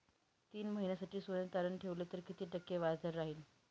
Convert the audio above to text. तीन महिन्यासाठी सोने तारण ठेवले तर किती टक्के व्याजदर राहिल?